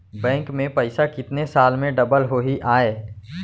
Bank में पइसा कितने साल में डबल होही आय?